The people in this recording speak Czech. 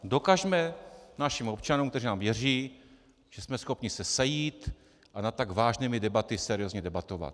Dokažme našim občanům, kteří nám věří, že jsme schopni se sejít a nad tak vážnými tématy seriózně debatovat.